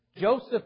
Joseph